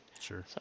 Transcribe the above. sure